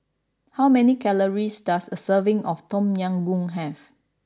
how many calories does a serving of Tom Yam Goong have